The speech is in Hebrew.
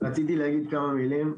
רציתי להגיד כמה מלים,